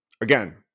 Again